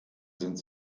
sind